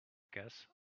guess